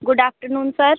good afternoon sir